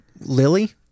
Lily